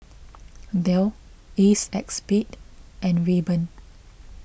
Dell A Cex Spade and Rayban